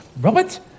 Robert